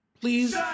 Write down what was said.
Please